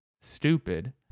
stupid